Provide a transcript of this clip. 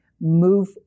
move